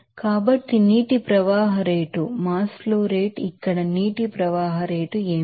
కాబట్టి water flow rate ఇక్కడ water flow rate ఏమిటి